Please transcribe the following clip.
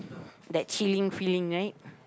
that chilling feeling right